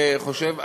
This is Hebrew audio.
חושב,